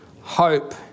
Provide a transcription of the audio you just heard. Hope